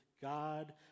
God